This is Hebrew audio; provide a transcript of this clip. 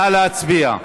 נא להצביע.